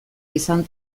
izan